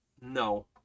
No